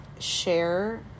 share